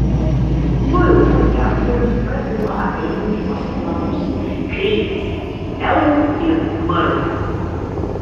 vu rektorius prabilo apie jungimosi planus kreipėsi į leu ir mru